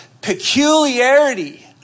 peculiarity